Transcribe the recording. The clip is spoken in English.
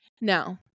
Now